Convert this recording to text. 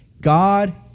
God